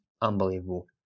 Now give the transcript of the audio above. unbelievable